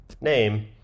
name